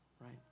Right